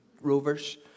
Rovers